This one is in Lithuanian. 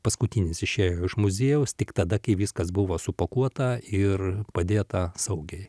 paskutinis išėjo iš muziejaus tik tada kai viskas buvo supakuota ir padėta saugiai